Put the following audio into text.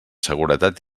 seguretat